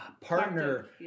partner